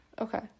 Okay